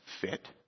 fit